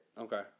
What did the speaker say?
Okay